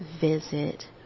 visit